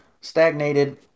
stagnated